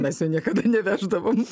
mes jo niekada neveždavom